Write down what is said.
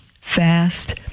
Fast